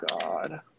God